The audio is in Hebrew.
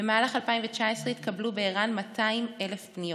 במהלך 2019 התקבלו בער"ן 200,000 פניות,